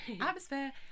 *Atmosphere*